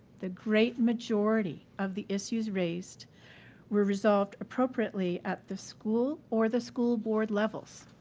the great majority of the issues raised were resolved appropriately at the school or the school board levels.